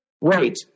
Wait